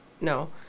No